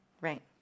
Right